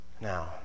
Now